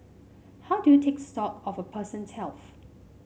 how do you take stock of a person's health